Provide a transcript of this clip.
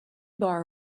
bar